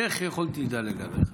איך יכולתי לדלג עליך?